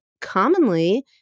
commonly